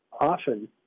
often